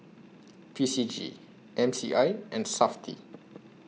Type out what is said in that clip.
P C G M C I and Safti